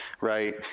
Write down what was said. right